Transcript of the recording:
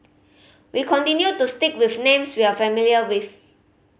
we continue to stick with names we are familiar with